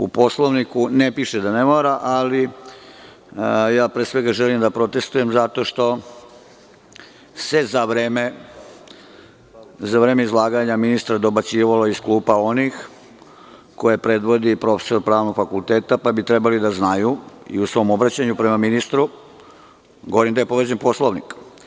U Poslovniku ne piše da ne mora, ali pre svega želim da protestujem zato što se za vreme izlaganja ministra dobacivalo iz klupa onih koje predvodi profesor Pravnog fakulteta, pa bi trebali da znaju i u svom obraćanju prema ministru, govorim gde je povređen Poslovnik.